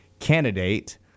candidate